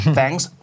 thanks